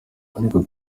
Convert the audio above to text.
ariko